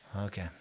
okay